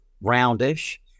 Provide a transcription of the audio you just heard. roundish